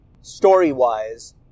story-wise